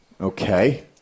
Okay